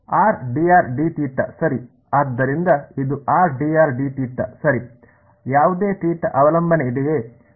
ಆದ್ದರಿಂದ ಇದು ಸರಿ ಯಾವುದೇ ಅವಲಂಬನೆ ಇದೆಯೇ